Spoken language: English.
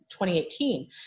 2018